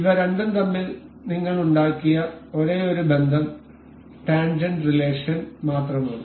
ഇവ രണ്ടും തമ്മിൽ നിങ്ങൾ ഉണ്ടാക്കിയ ഒരേയൊരു ബന്ധം ടാൻജെന്റ് റിലേഷൻ മാത്രമാണ്